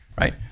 Right